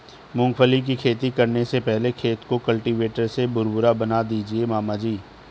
मूंगफली की खेती करने से पहले खेत को कल्टीवेटर से भुरभुरा बना दीजिए मामा जी